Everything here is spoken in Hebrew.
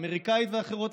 האמריקאית והאחרות,